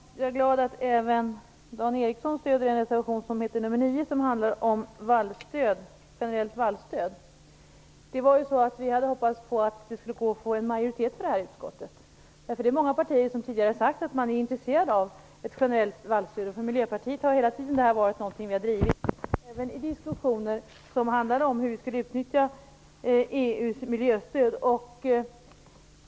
Herr talman! Jag är glad att även Dan Ericsson stöder reservation 9 som handlar om generellt vallstöd. Vi hade hoppats på att det skulle gå att få en majoritet för det här i utskottet. Det är många partier som tidigare har sagt att man är intresserad av ett generellt vallstöd. Miljöpartiet har hela tiden drivit den här frågan, även i diskussioner om hur vi skall utnyttja EU:s miljöstöd.